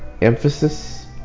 emphasis